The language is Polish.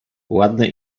ładny